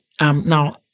Now